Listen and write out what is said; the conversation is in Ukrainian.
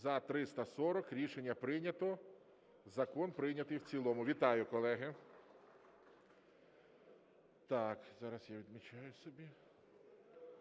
За-340 Рішення прийнято. Закон прийнятий в цілому. Вітаю, колеги. Так, зараз я відмічаю собі.